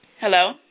Hello